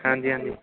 ਹਾਂਜੀ ਹਾਂਜੀ